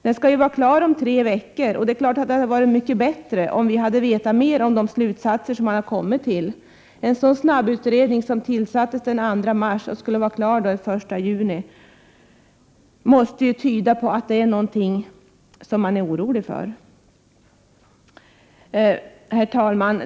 Den skall vara klar om tre veckor, och det hade naturligtvis varit mycket bättre om vi hade vetat mer om de slutsatser som utredningen kommit till. Att det tillsätts en snabbutredning den 2 mars, som skall vara klar den 1 juni, måste ju tyda på att det finns någonting som man är orolig för. Herr talman!